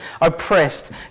oppressed